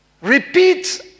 Repeat